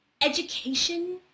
education